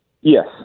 Yes